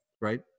right